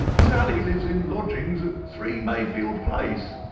sally lives in lodgings at three, mayfield place,